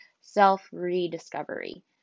self-rediscovery